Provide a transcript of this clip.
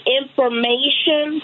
information